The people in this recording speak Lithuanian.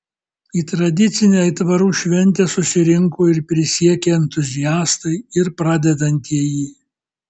į tradicinę aitvarų šventę susirinko ir prisiekę entuziastai ir pradedantieji